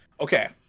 Okay